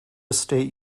state